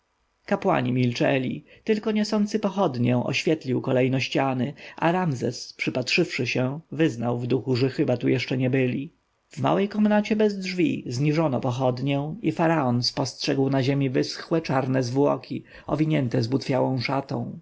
kapłani milczeli tylko niosący pochodnię oświetlił kolejno ściany a ramzes przypatrzywszy się wyznał w duchu że chyba tu jeszcze nie byli w małej komnacie bez drzwi zniżono pochodnię i faraon spostrzegł na ziemi wyschłe czarne zwłoki owinięte zbutwiałą szatą